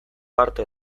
parte